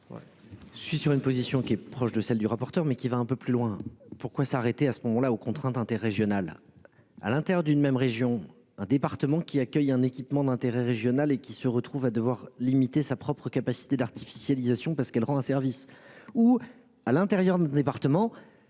Je suis sur une position qui est proche de celle du rapporteur mais qui va un peu plus loin, pourquoi s'arrêter à ce moment-là aux contraintes interrégional à l'intérieur d'une même région. Un département qui accueille un équipement d'intérêt régional et qui se retrouve à devoir limiter sa propre capacité. D'artificialisation parce qu'elle rend un service